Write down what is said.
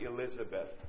Elizabeth